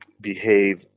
behave